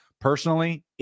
personally